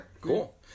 cool